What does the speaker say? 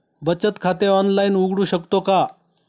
बचत खाते ऑनलाइन उघडू शकतो का?